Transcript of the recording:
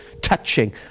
touching